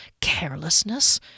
carelessness